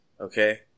okay